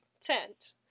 tent